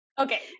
Okay